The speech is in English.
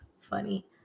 funny